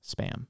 spam